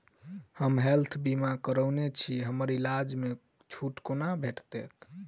हम हेल्थ बीमा करौने छीयै हमरा इलाज मे छुट कोना भेटतैक?